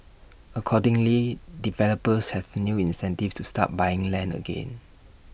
accordingly developers have A new incentive to start buying land again